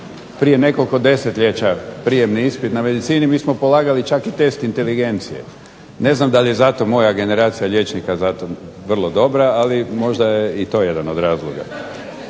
prije nekoliko desetljeća prijemni ispit na medicini, mi smo polagali čak i test inteligencije. Ne znam da li je zato moja generacija liječnika vrlo dobra, ali možda je i to jedan od razloga.